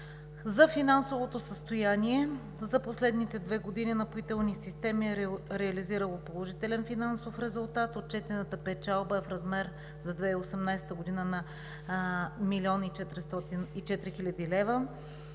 За финансовото състояние. За последните две години Напоителни системи е реализирало положителен финансов резултат. Отчетената печалба за 2018 г. е в размер на 1 млн. 4